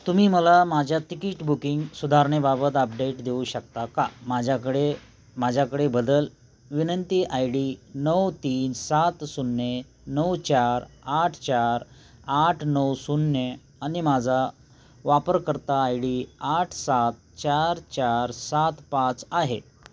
तुम्ही मला माझ्या तिकीट बुकिंग सुधारणेबाबत अपडेट देऊ शकता का माझ्याकडे माझ्याकडे बदल विनंती आय डी नऊ तीन सात शून्य नऊ चार आठ चार आठ नऊ शून्य आणि माझा वापरकर्ता आय डी आठ सात चार चार सात पाच आहे